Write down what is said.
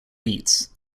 beats